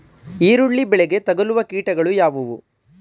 ಈರುಳ್ಳಿ ಬೆಳೆಗೆ ತಗಲುವ ಕೀಟಗಳು ಯಾವುವು?